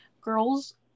girls